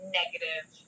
negative